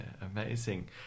amazing